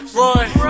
run